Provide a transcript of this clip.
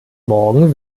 morgen